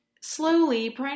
slowly